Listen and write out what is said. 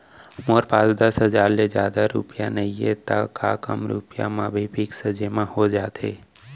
मोर पास दस हजार ले जादा रुपिया नइहे त का कम रुपिया म भी फिक्स जेमा हो जाथे?